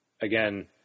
again